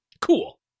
Cool